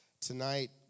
Tonight